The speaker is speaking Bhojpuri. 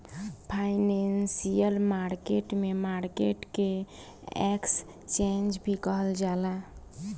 फाइनेंशियल मार्केट में मार्केट के एक्सचेंन्ज भी कहल जाला